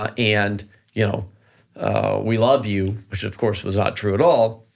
ah and you know we love you, which of course was not true at all,